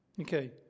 Okay